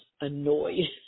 annoyed